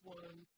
one